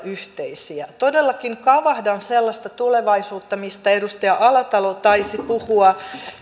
yhteisiä todellakin kavahdan sellaista tulevaisuutta mistä edustaja alatalo taisi puhua